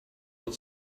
not